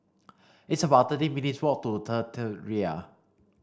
it's about thirteen minutes' walk to the Tiara